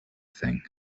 thing